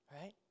right